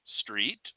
Street